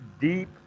deep